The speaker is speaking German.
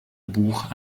buch